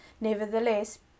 Nevertheless